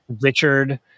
Richard